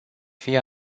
fie